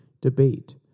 debate